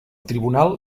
tribunal